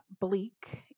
bleak